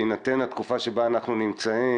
בהינתן התקופה שאנחנו נמצאים,